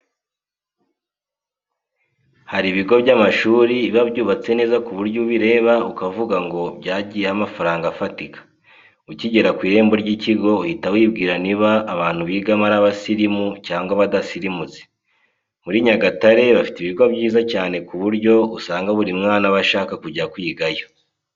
Hari ibigo by'amashuri biba byubatse neza ku buryo ubireba ukavuga ngo byagiyeho amafaranga afatika. Ukigera ku irembo ry'ikigo uhita wibwira niba abantu bigamo ari abasirimu cyangwa badasirimutse. Muri Nyagatare bafite ibigo byiza cyane ku buryo usanga buri mwana aba ashaka kujya kwigayo.